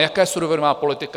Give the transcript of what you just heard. Jaká je surovinová politika?